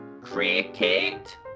Cricket